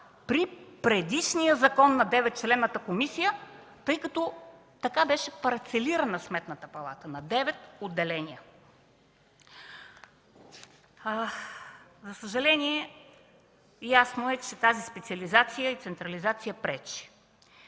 при предишния закон на деветчленната комисия, тъй като така беше парцелирана Сметната палата – на девет отделения. За съжаление, ясно е, че тази специализация и централизация пречи.